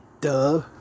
duh